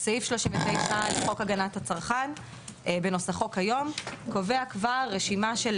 סעיף 39 לחוק הגנת הצרכן בנוסחו כיום קובע כבר רשימה של